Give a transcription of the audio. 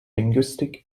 linguistic